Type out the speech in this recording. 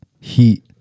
Heat